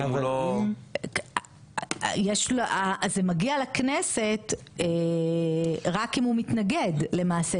זה מגיע לכנסת רק אם הוא מתנגד למעשה,